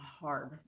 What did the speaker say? hard